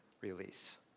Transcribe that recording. release